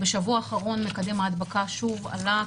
בשבוע האחרון מקדם ההדבקה שוב עלה.